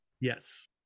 yes